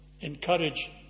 encourage